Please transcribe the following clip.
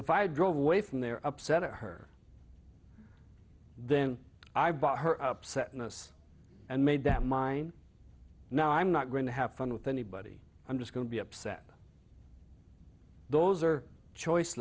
if i drove away from their upset or her then i bought her upset in us and made them mine now i'm not going to have fun with anybody i'm just going to be upset those are choice